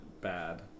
bad